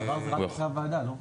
אבל ערר זה רק אחרי הוועדה, לא?